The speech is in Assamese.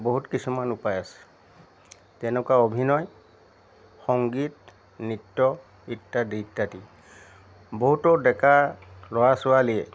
বহুত কিছুমান উপায় আছে তেনেকুৱা অভিনয় সংগীত নৃত্য ইত্যাদি ইত্যাদি বহুতো ডেকা ল'ৰা ছোৱালীয়ে